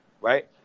right